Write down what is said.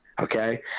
Okay